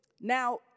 Now